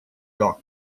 doc